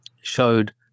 showed